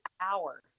hour